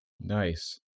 nice